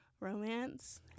Romance